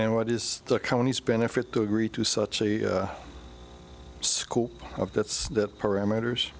and what is the county's benefit to agree to such a school of that's the parameters